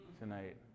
tonight